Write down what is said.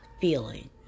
feeling